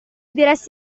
diresse